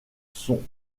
sont